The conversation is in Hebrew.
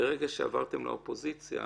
ברגע שעברתם לאופוזיציה